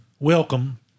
Welcome